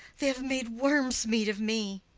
they have made worms' meat of me.